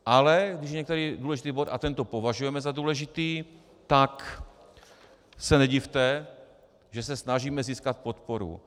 Ale když některý důležitý bod, a tento považujeme za důležitý tak se nedivte, že se snažíme získat podporu.